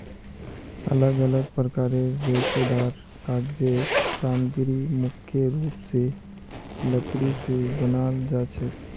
अलग अलग प्रकारेर रेशेदार कागज़ेर सामग्री मुख्य रूप स लकड़ी स बनाल जाछेक